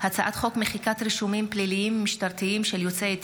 הצעת חוק מחיקת רישומים פליליים ומשטרתיים של יוצאי אתיופיה,